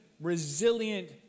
resilient